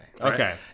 Okay